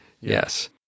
Yes